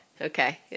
Okay